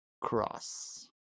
Cross